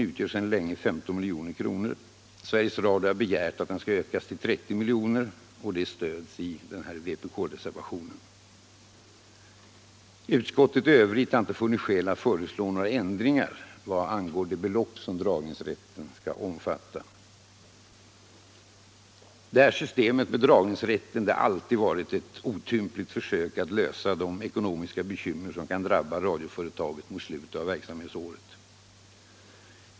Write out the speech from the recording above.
Den avser sedan länge 15 milj.kr., och Sveriges Radio har begärt att den skall utökas till 30 miljoner. Reservanten stöder företagets framställning, men utskottet i övrigt har inte funnit skäl att föreslå någon ändring vad gäller det belopp som dragningsrätten skall omfatta. Systemet med dragningsrätt har alltid varit ett otympligt försök att klara de ekonomiska bekymmer som kan drabba radioföretaget mot slutet av verksamhetsåret.